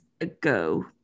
ago